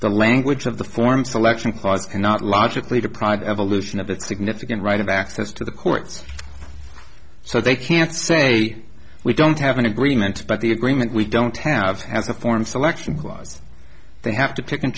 the language of the form selection clause cannot logically deprive evolution of the significant right of access to the courts so they can say we don't have an agreement but the agreement we don't have has a form of selection clause they have to pick and